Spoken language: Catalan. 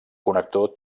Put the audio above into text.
connector